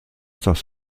das